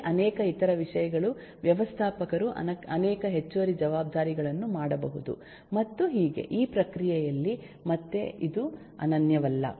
lead ಅನೇಕ ಇತರ ವಿಷಯಗಳು ವ್ಯವಸ್ಥಾಪಕರು ಅನೇಕ ಹೆಚ್ಚುವರಿ ಜವಾಬ್ದಾರಿಗಳನ್ನು ಮಾಡಬಹುದು ಮತ್ತು ಹೀಗೆ ಈ ಪ್ರಕ್ರಿಯೆಯಲ್ಲಿ ಮತ್ತೆ ಇದು ಅನನ್ಯವಲ್ಲ